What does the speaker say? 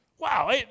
Wow